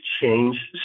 change